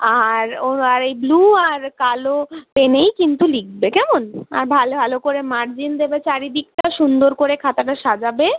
আর ও আর এই ব্লু আর কালো পেনেই কিন্তু লিখবে কেমন আর ভালো ভালো করে মার্জিন দেবে চারিদিকটা সুন্দর করে খাতাটা সাজাবে